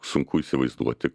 sunku įsivaizduoti